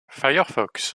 firefox